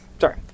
Sorry